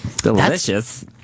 Delicious